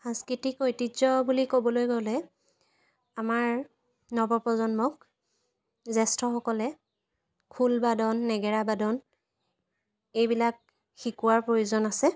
সাংস্কৃতিক ঐতিয্য বুলি ক'বলৈ গ'লে আমাৰ নৱপ্ৰজন্মক জ্যেষ্ঠসকলে খোল বাদন নেগেৰা বাদন এইবিলাক শিকোৱাৰ প্ৰয়োজন আছে